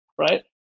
right